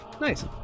Nice